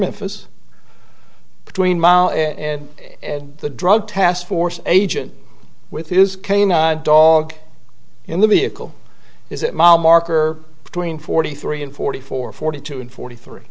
memphis between mile and the drug task force agent with his cane a dog in the vehicle is that mile marker between forty three and forty four forty two and forty three